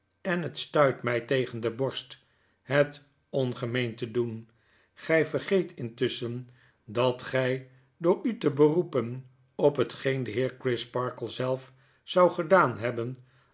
en het stuit my tegen de borst het ongemeend te doen gg vergeet intusscben dat gy door u te beroepen op hetgeen de heer crisparkle zelf zou gedaan hebben